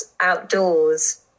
outdoors